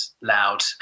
loud